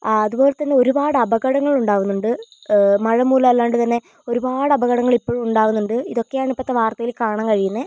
അതുപോലെതന്നെ ഒരുപാട് അപകടങ്ങൾ ഉണ്ടാവുന്നുണ്ട് മഴമൂലം അല്ലാണ്ട് തന്നെ ഒരുപാട് അപകടങ്ങൾ ഇപ്പോഴും ഉണ്ടാവുന്നുണ്ട് ഇതൊക്കെയാണ് ഇപ്പോഴുത്തെ വാർത്തയിൽ കാണാൻ കഴിയുന്നത്